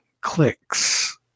clicks